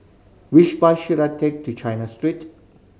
which bus should I take to China Street